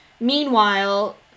Meanwhile